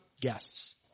guests